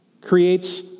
creates